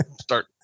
start